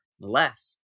less